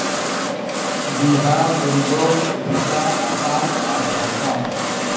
ᱵᱤᱦᱟᱨ ᱵᱮᱝᱜᱚᱞ ᱩᱲᱤᱥᱟ ᱟᱥᱟᱢ ᱟᱨ ᱡᱷᱟᱨᱠᱷᱚᱸᱰ